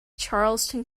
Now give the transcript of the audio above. charleston